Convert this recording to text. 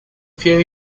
few